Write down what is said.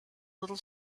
little